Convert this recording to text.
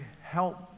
help